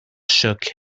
shook